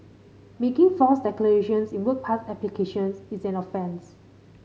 making false declarations in work pass applications is an offence